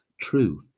true